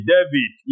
David